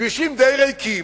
כבישים די ריקים,